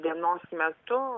dienos metu